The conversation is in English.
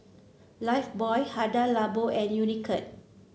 Lifebuoy Hada Labo and Unicurd